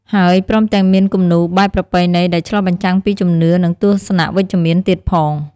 ហើយព្រមទាំងមានគំនូរបែបប្រពៃណីដែលឆ្លុះបញ្ចាំងពីជំនឿ និងទស្សនៈវិជ្ជមានទៀតផង។